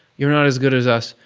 you're not as good as us,